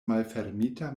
malfermita